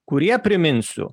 kurie priminsiu